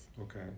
Okay